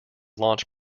launch